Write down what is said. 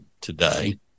today